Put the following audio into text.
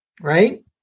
right